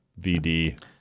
VD